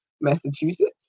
Massachusetts